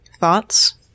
Thoughts